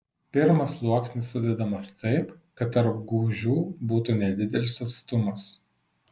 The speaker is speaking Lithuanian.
pirmas sluoksnis sudedamas taip kad tarp gūžių būtų nedidelis atstumas